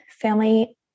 family